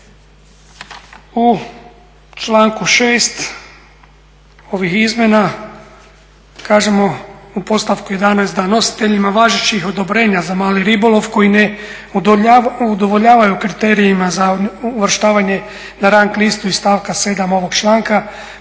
U članku 6. ovih izmjena kažemo u podstavku 11. da nositeljima važećih odobrenja za mali ribolov koji ne udovoljavaju kriterijima za uvrštavanje na rang listu iz stavka 7. ovog članka,